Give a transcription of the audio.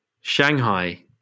Shanghai